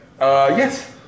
Yes